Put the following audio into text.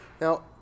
Now